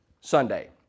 Sunday